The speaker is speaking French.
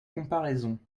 comparaison